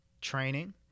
training